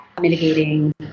mitigating